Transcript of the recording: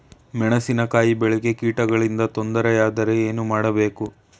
ಮೆಣಸಿನಕಾಯಿ ಬೆಳೆಗೆ ಕೀಟಗಳಿಂದ ತೊಂದರೆ ಯಾದರೆ ಏನು ಮಾಡಬೇಕು?